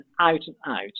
out-and-out